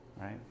right